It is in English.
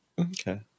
Okay